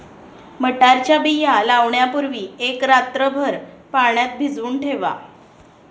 मटारच्या बिया लावण्यापूर्वी एक रात्रभर पाण्यात भिजवून ठेवा